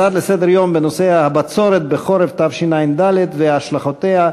אני קובע כי הצעת החוק אושרה בקריאה ראשונה ותועבר לוועדת החוקה,